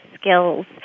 skills